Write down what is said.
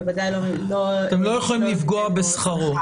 בוודאי לא --- אתם לא יכולים לפגוע בשכרו.